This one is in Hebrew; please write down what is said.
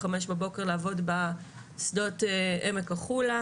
בחמש בבוקר לעבוד בשדות עמק החולה.